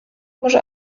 może